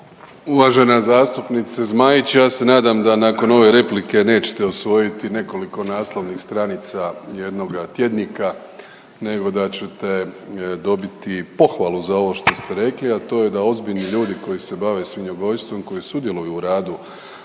Uvažena zastupnice Zmaić ja se nadam da nakon ove replike neće osvojiti nekoliko naslovih stranica jednoga tjednika nego da ćete dobiti pohvalu za ovo što ste rekli, a to je da ozbiljni ljudi koji se bave svinjogojstvom koji sudjeluju u radu